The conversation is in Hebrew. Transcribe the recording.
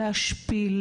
להשפיל,